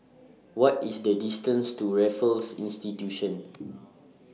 What IS The distance to Raffles Institution